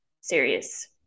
serious